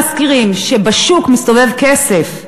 והמשכירים יודעים שבשוק מסתובב כסף,